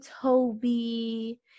Toby